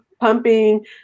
pumping